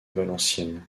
valenciennes